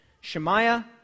Shemaiah